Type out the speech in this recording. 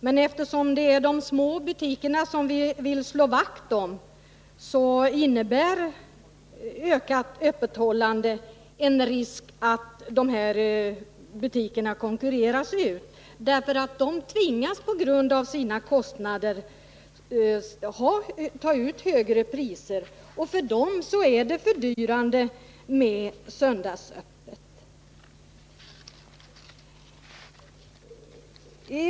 Det är emellertid de små butikerna vi vill slå vakt om, och ett ökat öppethållande innebär en risk för att dessa butiker konkurreras ut. På grund av sina kostnader tvingas de att ta ut högre priser, och för dem är det fördyrande med söndagsöppet.